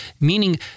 Meaning